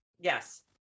Yes